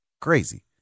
crazy